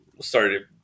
started